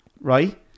right